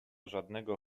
żadnego